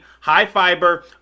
high-fiber